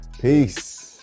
Peace